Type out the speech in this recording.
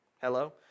hello